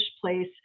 place